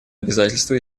обязательство